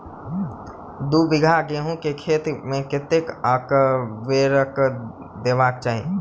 दु बीघा गहूम केँ खेत मे कतेक आ केँ उर्वरक देबाक चाहि?